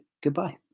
goodbye